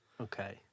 okay